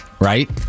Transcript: Right